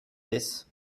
this